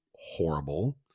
horrible